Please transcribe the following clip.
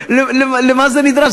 למה זה נדרש?